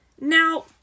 Now